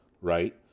right